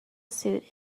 suit